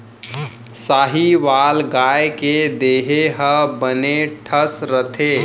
साहीवाल गाय के देहे ह बने ठस रथे